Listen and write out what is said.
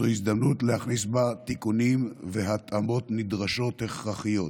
זו הזדמנות להכניס בה תיקונים והתאמות נדרשות הכרחיות.